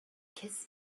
kiss